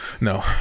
no